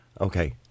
Okay